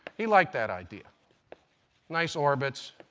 he liked that idea nice orbits,